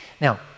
Now